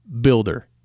builder